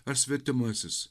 ar svetimasis